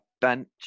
bench